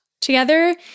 together